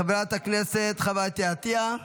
חברת הכנסת חוה אתי עטייה,